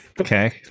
Okay